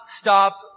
stop